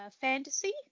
fantasy